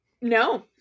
no